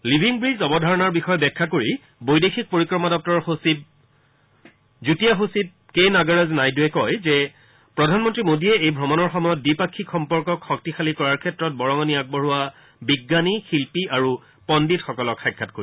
living bridge অৱধাৰণাৰ বিষয়ে ব্যাখ্যা কৰি বৈদেশিক পৰিক্ৰমা দপ্তৰৰ যুটীয়া সচিব কে নাগাৰাজ নাইডুৰে কয় যে প্ৰধানমন্তী মোদীয়ে এই ভ্ৰমণৰ সময়ত দ্বিপাক্ষিক সম্পৰ্কক শক্তিশালী কৰাৰ ক্ষেত্ৰত বৰঙণি আগবঢ়োৱা বিজ্ঞানী শিল্পী আৰু পণ্ডিতসকলক সাক্ষাৎ কৰিব